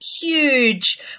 huge